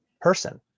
person